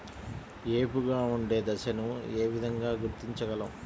ఏపుగా ఉండే దశను ఏ విధంగా గుర్తించగలం?